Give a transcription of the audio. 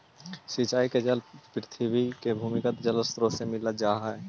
सिंचाई के जल पृथ्वी के भूमिगत जलस्रोत से मिल जा हइ